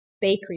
bakery